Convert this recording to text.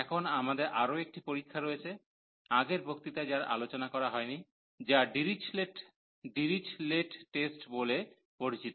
এখন আমাদের আরও একটি পরীক্ষা রয়েছে আগের বক্তৃতায় যার আলোচনা করা হয়নি যা ডিরিচলেট টেস্ট Dirichlet's test বলে পরিচিত